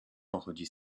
pochodzi